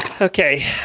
Okay